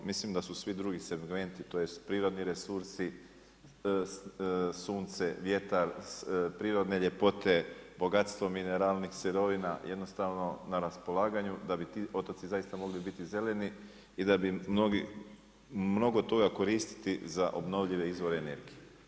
Mislim da su svi drugi segmenti, tj. prirodni resursi sunce, vjetar, prirodne ljepote, bogatstvo mineralnih sirovina jednostavno na raspolaganju da bi ti otoci zaista mogli biti zeleni i da bi im mnogo toga koristiti za obnovljive izvore energije.